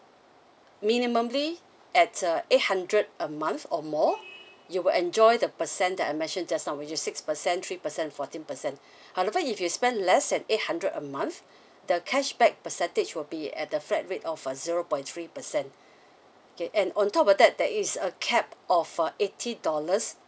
minimumly at uh eight hundred a month or more you will enjoy the percent that I mentioned just now which is six percent three percent fourteen percent however if you spend less than eight hundred a month the cashback percentage will be at a flat rate of uh zero point three percent okay and on top of that there is a cap of uh eighty dollars